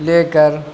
لے کر